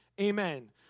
Amen